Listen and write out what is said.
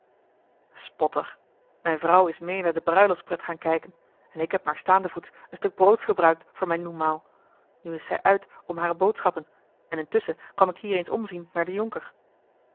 spotter mijne vrouw is meê naar de bruiloftspret gaan kijken en ik heb maar staandevoets een stuk broods gebruikt voor mijn noenmaal nu is zij uit om hare boodschappen en intusschen kwam ik hier eens omzien naar den jonker